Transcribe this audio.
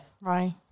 Right